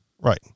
Right